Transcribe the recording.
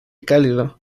cálido